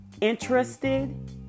interested